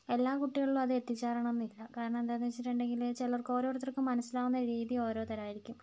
എല്ലാ കുട്ടികളിലും അത് എത്തിച്ചേരണംന്നില്ല കാരണം എന്താന്നുവെച്ചിട്ടുണ്ടെങ്കിൽ ചിലർക്ക് ഓരോരുത്തർക്കും മനസ്സിലാവുന്ന രീതി ഓരോ തരായിരിക്കും